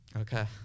Okay